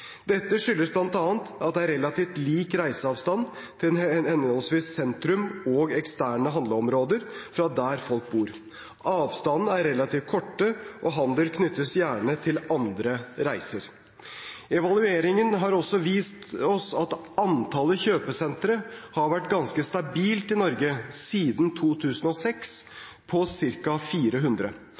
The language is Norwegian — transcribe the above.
Dette skyldes bl.a. at det er relativt lik reiseavstand til henholdsvis sentrum og eksterne handleområder fra der folk bor. Avstandene er relativt korte, og handel knyttes gjerne til andre reiser. Evalueringen har også vist oss at antallet kjøpesentre har vært ganske stabilt i Norge siden 2006 – ca. 400.